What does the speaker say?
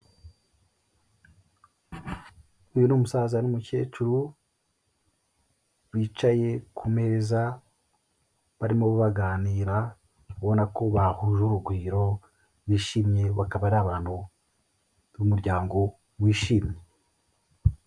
Uyu ni umusaza n'umukecuru, bicaye ku meza, barimo baganira ubona ko bahuje urugwiro bishimye bakaba ari abantu b'umuryango wishimye.